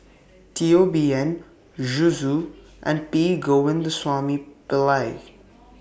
Teo Bee Yen Zhu Xu and P Govindasamy Pillai